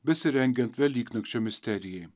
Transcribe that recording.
besirengiant velyknakčio misterijai